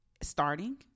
starting